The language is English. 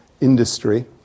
industry